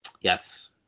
yes